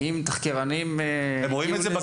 כי אם תחקירנים הגיעו לזה, הם ראו את זה.